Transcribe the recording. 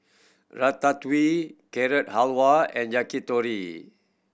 Ratatouille Carrot Halwa and Yakitori